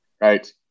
right